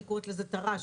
אני קוראת לזה תר"ש,